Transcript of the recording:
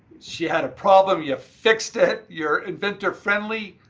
she had a problem, you fixed it. you're inventor friendly.